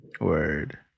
Word